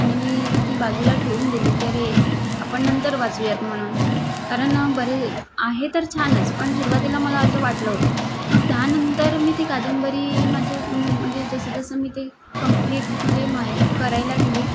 आणि मी ती बाजूला ठेऊन दिली की अरे आपण नंतर वाचूयात म्हणून कारण बरे आहे तर छानच पण सुरुवातीला मला असं वाटलं होतं मग त्यानंतर मी ती कादंबरी माझ्या म्हणजे जसं जसं मी ते कंप्लीट म्हणजे मा करायला गेले